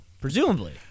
presumably